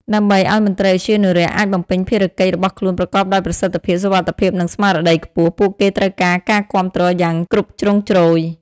ដើម្បីឲ្យមន្ត្រីឧទ្យានុរក្សអាចបំពេញភារកិច្ចរបស់ខ្លួនប្រកបដោយប្រសិទ្ធភាព សុវត្ថិភាព និងស្មារតីខ្ពស់ ពួកគេត្រូវការការគាំទ្រយ៉ាងគ្រប់ជ្រុងជ្រោយ។